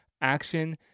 action